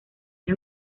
era